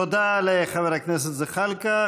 תודה לחבר הכנסת ג'מאל זחאלקה.